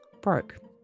broke